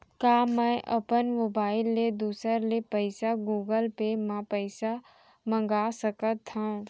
का मैं अपन मोबाइल ले दूसर ले पइसा गूगल पे म पइसा मंगा सकथव?